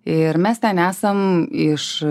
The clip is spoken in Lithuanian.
ir mes ten esam iš